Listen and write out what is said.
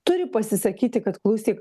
turi pasisakyti kad klausyk